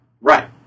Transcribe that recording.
Right